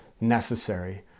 necessary